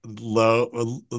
low